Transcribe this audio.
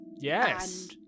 Yes